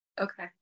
Okay